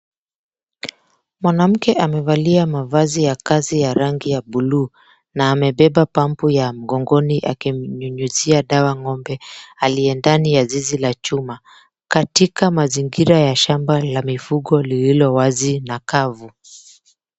Mwanamke amevalia mavazi ya kazi ya rangi ya buluu na amebeba pump ya mgongoni akimnyunyizia dawa ng'ombe aliye ndani ya zizi la chuma, katika mazingira ya shamba la mifugo lililo wazi na kavu.